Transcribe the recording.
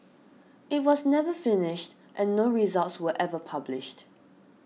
it was never finished and no results were ever published